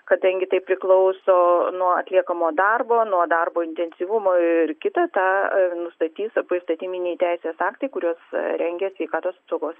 kadangi tai priklauso nuo atliekamo darbo nuo darbo intensyvumo ir kita tą nustatys poįstatyminiai teisės aktai kuriuos rengia sveikatos apsaugos